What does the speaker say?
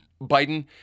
Biden